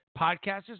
podcasters